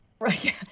Right